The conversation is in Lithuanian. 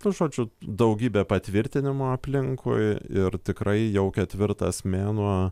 nu žodžiu daugybę patvirtinimų aplinkui ir tikrai jau ketvirtas mėnuo